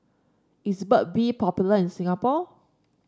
is Burt bee popular in Singapore